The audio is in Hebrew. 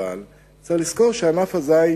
אבל צריך לזכור שענף הזית